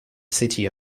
city